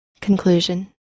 Conclusion